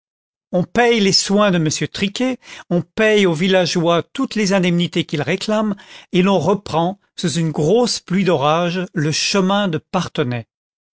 on paye les soins de m triquet on paye aux villageois toutes les indemnités qu'ils réclament et l'on reprend sous une grosse pluie d'orage le chemin de